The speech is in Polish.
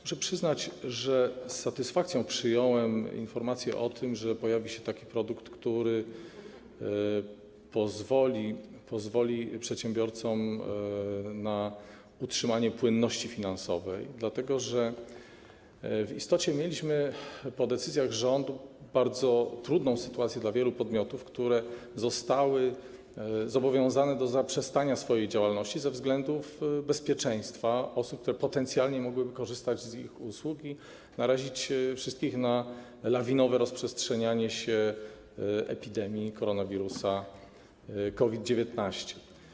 Muszę przyznać, że z satysfakcją przyjąłem informację o tym, że pojawi się taki produkt, który pozwoli przedsiębiorcom na utrzymanie płynności finansowej, dlatego że w istocie mieliśmy po decyzjach rządu bardzo trudną sytuację wielu podmiotów, które zostały zobowiązane do zaprzestania swojej działalności ze względu na bezpieczeństwo osób, które potencjalnie mogłyby korzystać z ich usług i narazić wszystkich na lawinowe szerzenie się epidemii koronawirusa COVID-19.